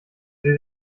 sie